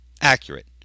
accurate